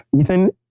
Ethan